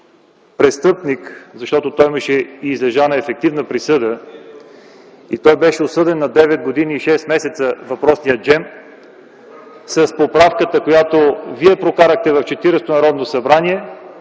престъпник, защото той имаше излежана ефективна присъда и беше осъден на 9 г. и 6 м., въпросният Джем, с поправката, която вие прокарахте в Четиридесетото Народно събрание